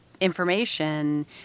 information